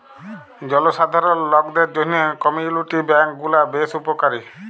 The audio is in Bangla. জলসাধারল লকদের জ্যনহে কমিউলিটি ব্যাংক গুলা বেশ উপকারী